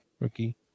Rookie